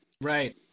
Right